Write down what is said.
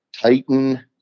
Titan